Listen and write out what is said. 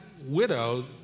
widow